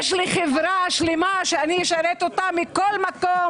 יש לי חברה שלמה שאני אשרת אותה מכל מקום.